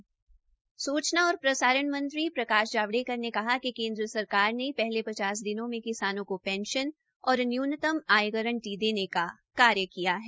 सूचना और प्रसारण मंत्री प्रकाश जावड़ेकर ने कहा कि केन्द्र सरकार ने पहले पचास दिनों में किसानों को पेंशन और न्यूनतम आय गारंटी देने का कार्य किया है